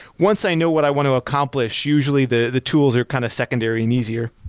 once i know what i want to accomplish, usually the the tools are kind of secondary and easier.